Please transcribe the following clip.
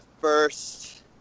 first